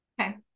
okay